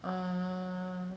uh